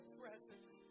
presence